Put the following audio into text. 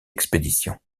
expédition